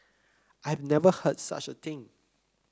I've never heard of such a thing